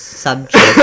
subject